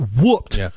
whooped